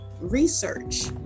research